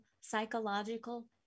psychological